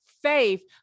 faith